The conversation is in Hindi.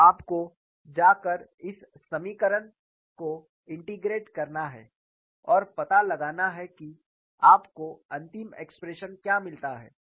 अब आपको जाकर इस समीकरण को इंटेग्रेट करना है और पता लगाना है कि आपको अंतिम एक्सप्रेशन क्या मिलता है